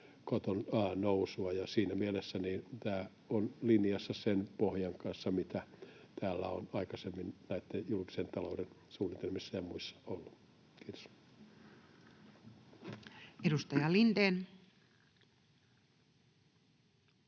velkakaton nousua. Siinä mielessä tämä on linjassa sen pohjan kanssa, mitä täällä on aikaisemmin julkisen talouden suunnitelmissa ja muissa ollut. — Kiitos. Edustaja Lindén.